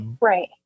Right